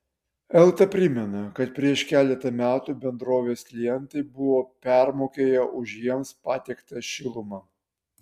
elta primena kad prieš keletą metų bendrovės klientai buvo permokėję už jiems patiektą šilumą